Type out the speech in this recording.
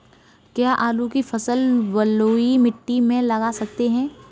क्या आलू की फसल बलुई मिट्टी में लगा सकते हैं?